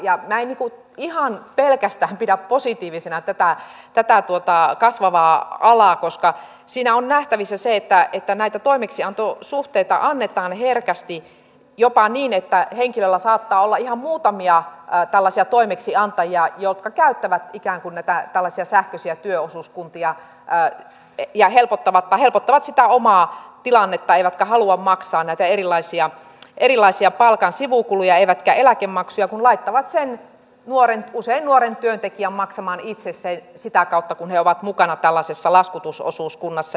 minä en ihan pelkästään pidä positiivisena tätä kasvavaa alaa koska siinä on nähtävissä se että näitä toimeksiantosuhteita annetaan herkästi henkilöllä saattaa olla jopa ihan muutamia tällaisia toimeksiantajia jotka käyttävät näitä tällaisia sähköisiä työosuuskuntia ja helpottavat sitä omaa tilannettaan eivätkä halua maksaa näitä erilaisia palkan sivukuluja eivätkä eläkemaksuja kun laittavat sen usein nuoren työntekijän maksamaan itse ne sitä kautta että he ovat mukana tällaisessa laskutusosuuskunnassa